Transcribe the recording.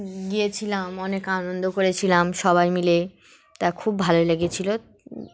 গিয়েছিলাম অনেক আনন্দ করেছিলাম সবাই মিলে তা খুব ভালো লেগেছিলো